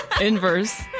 inverse